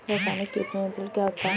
रसायनिक कीट नियंत्रण क्या होता है?